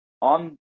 on